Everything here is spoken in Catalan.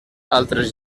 altres